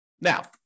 Now